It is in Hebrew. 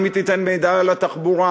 אם היא תיתן מידע על התחבורה,